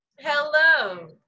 Hello